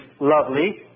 lovely